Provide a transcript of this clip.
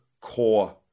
core